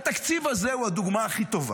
התקציב הזה הוא הדוגמה הכי טובה,